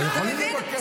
תאפס.